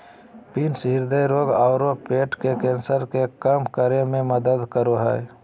beans हृदय रोग आरो पेट के कैंसर के कम करे में मदद करो हइ